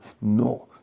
No